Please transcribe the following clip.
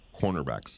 cornerbacks